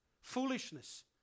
foolishness